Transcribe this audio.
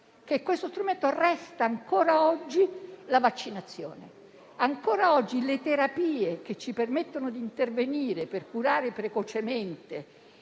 questo strumento resta, ancora oggi, la vaccinazione. Ancora oggi, in relazione alle terapie che ci permettono di intervenire per curare precocemente